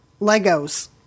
Legos